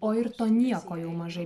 o ir to nieko jau mažai